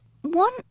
one